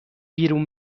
بیرون